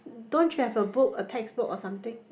don't you have a book a textbook or something